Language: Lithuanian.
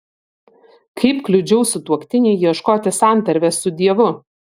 kaip kliudžiau sutuoktiniui ieškoti santarvės su dievu